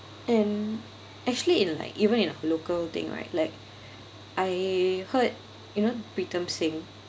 and actually in like even in a local thing right like I heard you know Pritam Singh